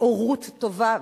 הורות טובה,